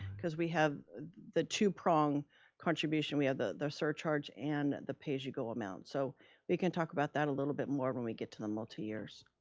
cause we have the two prong contribution, we ah have the surcharge and the pay-as-you-go amount. so we can talk about that a little bit more when we get to the multi years.